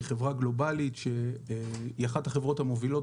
היא חברה גלובלית ואחת החברות המובילות